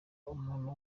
umuntu